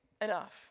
enough